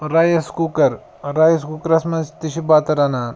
rice cooker rice cookers منٛز تہِ چھِ بَتہٕ رَنان